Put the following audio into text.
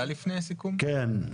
כן,